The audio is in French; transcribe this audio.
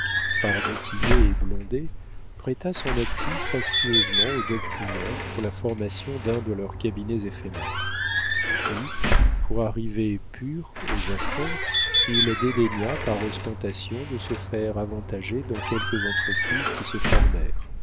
par du tillet et blondet prêta son appui fastueusement aux doctrinaires pour la formation d'un de leurs cabinets éphémères puis pour arriver pur aux affaires il dédaigna par ostentation de se faire avantager dans quelques entreprises qui se